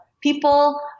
people